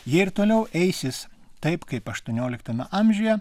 jei ir toliau eisis taip kaip aštuonioliktame amžiuje